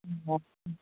ꯑꯣ